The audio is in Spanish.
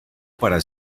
para